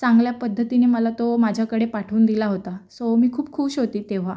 चांगल्या पद्धतीने मला तो माझ्याकडे पाठवून दिला होता सो मी खूप खुश होते तेव्हा